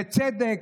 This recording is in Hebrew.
זה צדק.